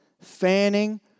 fanning